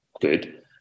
good